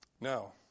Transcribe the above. Now